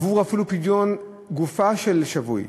אפילו עבור פדיון גופה של שבוי,